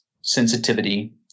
sensitivity